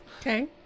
Okay